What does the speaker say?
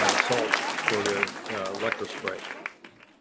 ah salt for the electrospray.